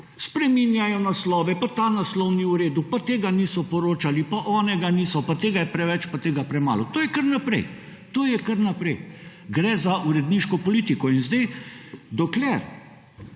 Spreminjajo naslove, pa ta naslov ni v redu, pa tega niso poročali, pa onega niso, pa tega je preveč, pa tega je premalo. To je kar naprej, to je kar naprej. Gre za uredniško politiko. In zdaj, dokler